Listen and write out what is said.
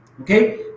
okay